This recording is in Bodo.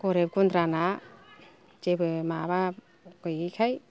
गरिब गुन्द्राना जेबो माबा गैयैखाय